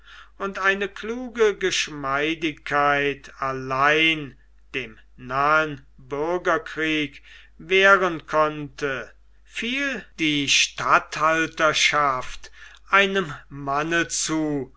und eine kluge geschmeidigkeit allein dem nahen bürgerkrieg wehren konnte fiel die statthalterschaft einem manne zu